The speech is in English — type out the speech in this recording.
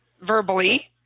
verbally